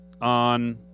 on